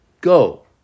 go